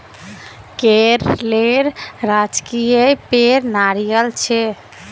केरलेर राजकीय पेड़ नारियल छे